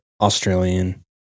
australian